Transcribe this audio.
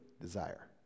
desire